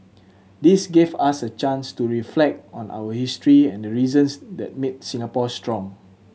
this gave us a chance to reflect on our history and the reasons that made Singapore strong